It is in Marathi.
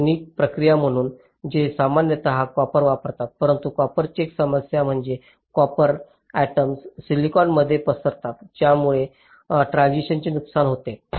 आधुनिक प्रक्रिया म्हणून ते सामान्यत कॉपर वापरतात परंतु कॉपरची एक समस्या म्हणजे कॉपरचे अटॉम्स सिलिकॉनमध्ये पसरतात ज्यामुळे ट्रान्झिस्टरचे नुकसान होते